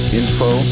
info